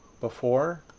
before,